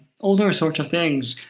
all those sorts of things.